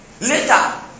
Later